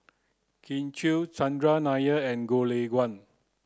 Kin Chui Chandran Nair and Goh Lay Kuan